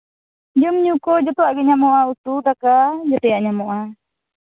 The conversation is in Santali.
ᱡᱚᱢᱼᱧᱩ ᱠᱚ ᱡᱚᱛᱚᱣᱟᱜ ᱜᱮ ᱧᱟᱢᱚᱜᱼᱟ ᱩᱛᱩ ᱫᱟᱠᱟ ᱡᱮᱛᱮᱭᱟᱜ ᱧᱟᱢᱚᱜᱼᱟ